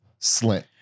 Slint